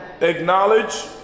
Acknowledge